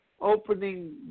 opening